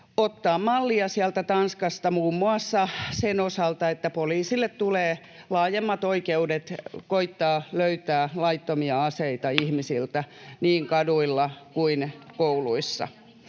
ottamaan mallia Tanskasta muun muassa sen osalta, että poliisille tulee laajemmat oikeudet koettaa löytää laittomia aseita ihmisiltä niin kaduilla kuin kouluissa.